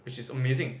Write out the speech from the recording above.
which is amazing